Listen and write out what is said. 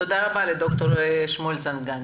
תודה רבה לד"ר שמואל צנגן.